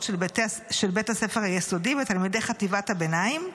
של בית הספר היסודי ותלמידי חטיבת הביניים,